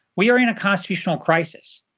we are in a constitutional crisis.